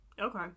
Okay